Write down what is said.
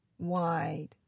wide